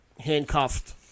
Handcuffed